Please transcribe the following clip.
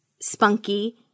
spunky